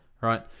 right